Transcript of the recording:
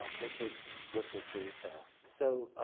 um which is with the data. so,